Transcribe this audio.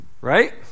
Right